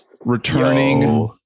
returning